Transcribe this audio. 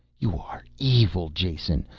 you are evil, jason,